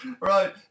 right